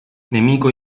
nemico